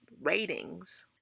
ratings